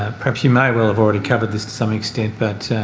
ah perhaps you may well have already covered this to some extent but